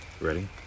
Ready